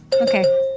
Okay